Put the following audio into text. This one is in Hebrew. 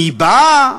מי בא,